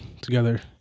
together